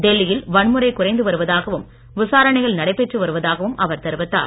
டெல்லியில் வன்முறை குறைந்து வருவதாகவும் விசாரணைகள் நடைபெற்று வருவதாகவும் அவர் தெரிவித்தார்